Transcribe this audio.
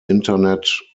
internet